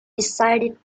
decided